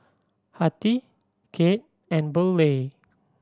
Hattie Kade and Burleigh